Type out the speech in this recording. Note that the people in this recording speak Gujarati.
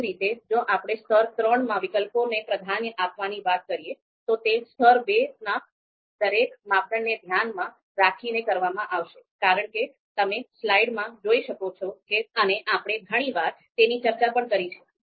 તે જ રીતે જો આપણે સ્તર 3 માં વિકલ્પોને પ્રાધાન્ય આપવાની વાત કરીએ તો તે સ્તર 2 ના દરેક માપદંડને ધ્યાનમાં રાખીને કરવામાં આવશે કારણ કે તમે સ્લાઇડમાં જોઈ શકો છો અને આપણે ઘણી વાર તેની ચર્ચા પણ કરી છે